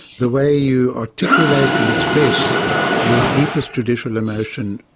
the way you articulate and express your deepest judicial emotion,